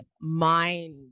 mind